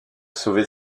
sauvé